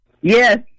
Yes